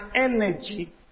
energy